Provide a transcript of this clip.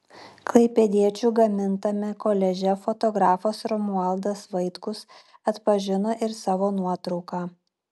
klaipėdiečių gamintame koliaže fotografas romualdas vaitkus atpažino ir savo nuotrauką